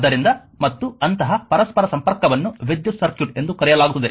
ಆದ್ದರಿಂದ ಮತ್ತು ಅಂತಹ ಪರಸ್ಪರ ಸಂಪರ್ಕವನ್ನು ವಿದ್ಯುತ್ ಸರ್ಕ್ಯೂಟ್ ಎಂದು ಕರೆಯಲಾಗುತ್ತದೆ